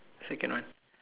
second one